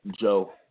Joe